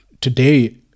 today